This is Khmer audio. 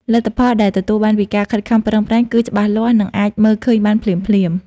លទ្ធផលដែលទទួលបានពីការខិតខំប្រឹងប្រែងគឺច្បាស់លាស់ និងអាចមើលឃើញបានភ្លាមៗ។